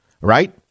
right